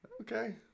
Okay